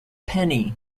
penny